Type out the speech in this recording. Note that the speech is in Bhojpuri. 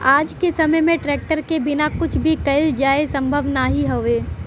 आज के समय में ट्रेक्टर के बिना कुछ भी कईल जाये संभव नाही हउवे